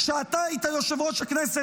כשאתה היית יושב-ראש הכנסת,